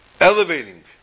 elevating